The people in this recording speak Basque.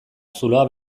zuloa